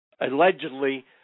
allegedly